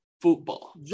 football